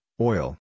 oil